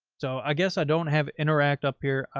so, i guess i don't have interact up here.